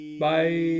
Bye